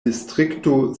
distrikto